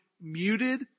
muted